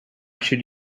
should